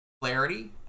clarity